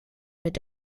mit